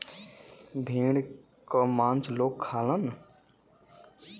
भेड़ क मांस लोग खालन